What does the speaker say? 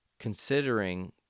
Considering